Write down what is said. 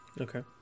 Okay